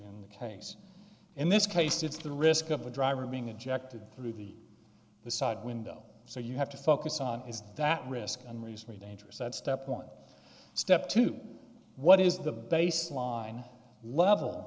in the case in this case it's the risk of a driver being ejected through the the side window so you have to focus on is that risk on recently dangerous that's step one step two what is the baseline level